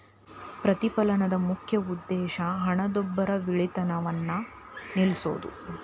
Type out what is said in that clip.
ಪ್ರತಿಫಲನದ ಮುಖ್ಯ ಉದ್ದೇಶ ಹಣದುಬ್ಬರವಿಳಿತವನ್ನ ನಿಲ್ಸೋದು